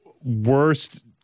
Worst